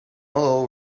all